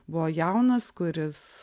buvo jaunas kuris